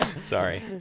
Sorry